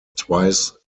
twice